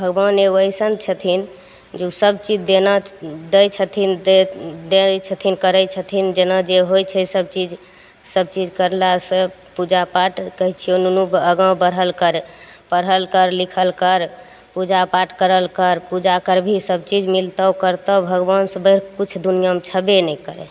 भगवान एगो अइसन छथिन जे उ सभचीज देना दै छथिन दे दै छथिन करय छथिन जेना जे होइ छै सभचीज सभचीज करलासँ पूजापाठ कहय छियौ नुनू आगा बढ़ल कर पढ़ल कर लिखल कर पूजापाठ करल कर पूजा करबही सभचीज मिलतौ करतौ भगवानसँ बढ़िकऽ किछु दुनिआँमे छेबे नहि करय